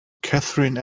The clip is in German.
catherine